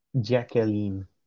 Jacqueline